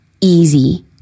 easy